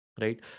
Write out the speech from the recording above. Right